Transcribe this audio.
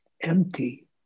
empty